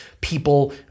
people